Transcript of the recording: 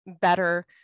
better